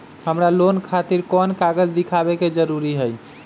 हमरा लोन खतिर कोन कागज दिखावे के जरूरी हई?